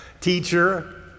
teacher